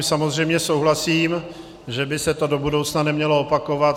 Samozřejmě s tím souhlasím, že by se to do budoucna nemělo opakovat.